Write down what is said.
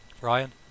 Ryan